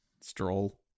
Stroll